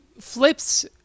flips